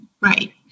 Right